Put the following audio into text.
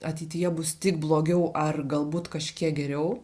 ateityje bus tik blogiau ar galbūt kažkiek geriau